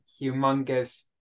humongous